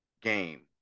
game